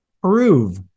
prove